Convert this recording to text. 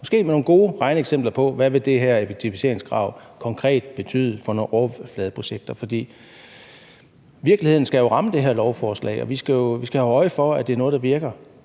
vi have nogle gode regneeksempler på, hvad det her effektiviseringskrav konkret vil betyde for nogle overfladeprojekter. For virkeligheden skal jo ramme det her lovforslag, og vi skal jo have øje for, at det er noget, der virker.